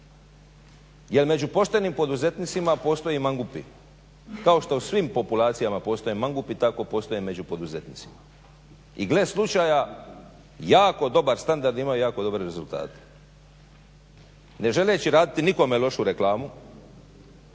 Jer među poštenim poduzetnicima postoje i mangupi, kao što u svim populacijama mangupi tako postoje među poduzetnicima i gle slučaja, jako dobar standard imaju jako dobre rezultate. Ne želeći raditi nikome lošu reklamu,